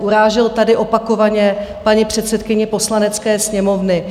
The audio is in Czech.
Urážel tady opakovaně paní předsedkyni Poslanecké sněmovny.